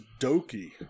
Doki